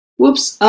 whoops,